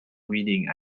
reading